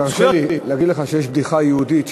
תרשה לי להגיד לך שיש בדיחה יהודית,